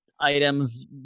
items